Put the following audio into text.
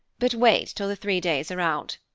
but wait till the three days are out.